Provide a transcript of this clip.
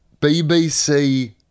BBC